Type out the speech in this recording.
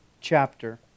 chapter